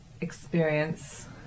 experience